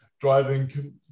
driving